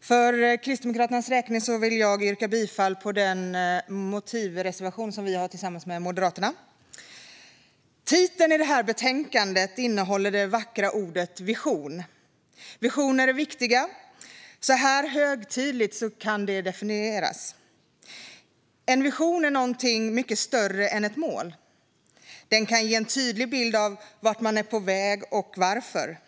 För Kristdemokraternas räkning vill jag yrka bifall till den motivreservation som vi har tillsammans med Moderaterna, reservation 1. Titeln på betänkandet innehåller det vackra ordet vision. Visioner är viktiga! Så här högtidligt kan vision definieras: En vision är någonting mycket större än ett mål. Den ska ge en tydlig bild av vart man är på väg och varför.